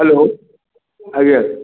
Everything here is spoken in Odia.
ହେଲୋ ଆଜ୍ଞା